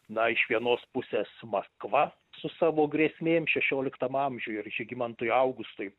na iš vienos pusės maskva su savo grėsmėm šešioliktam amžiuj ir žygimantui augustui